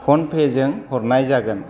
phone पे जों हरनाय जागोन